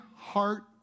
heart